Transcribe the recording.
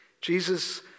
Jesus